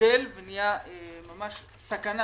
גדל ונהיה ממש סכנה,